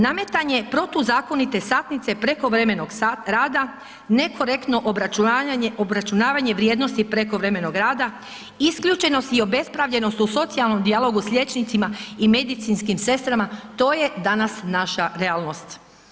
Nametanje protuzakonite satnice prekovremenog rada, nekorektno obračunavanje vrijednosti prekovremenog rada, isključenost i obespravljenost u socijalnom dijalogu s liječnicima i medicinskim sestrama, to je danas naša realnost.